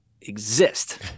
exist